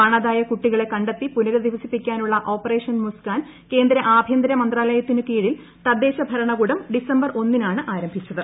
കാണാതായ കുട്ടികളെ കണ്ടെത്തി പുനരധിവസിപ്പിക്കാനുള്ള ഓപ്പറേഷൻ മുസ്കാൻ കേന്ദ്ര ആഭ്യന്തര മന്ത്രാലയത്തിനു കീഴിൽ തദ്ദേശ ഭരണകൂടം ഡിസംബർ ഒന്നിനാണ് ആരംഭിച്ചത്